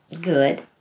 good